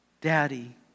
daddy